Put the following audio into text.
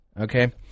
Okay